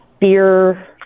beer